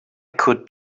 could